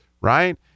right